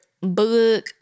Book